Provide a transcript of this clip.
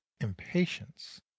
impatience